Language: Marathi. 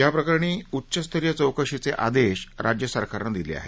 या प्रकरणी उच्चस्तरीय चौकशीचे आदेश राज्यसरकारने दिले आहेत